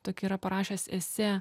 tokį yra parašęs esė